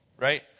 right